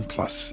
Plus